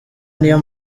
niyo